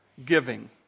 giving